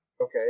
Okay